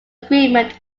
agreement